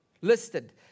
listed